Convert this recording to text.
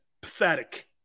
pathetic